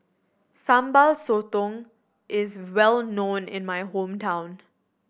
Sambal Sotong is well known in my hometown